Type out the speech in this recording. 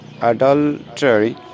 adultery